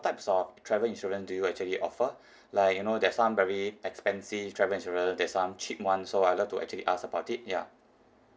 types of travel insurance do you actually offer like you know there's some very expensive travel insurance there's some cheap ones so I'd love to actually ask about it ya